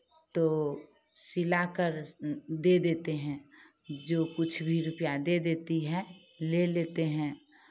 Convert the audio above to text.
तो सिला कर दे देते हैं जो कुछ भी रुपैया दे देती है ले लेते हैं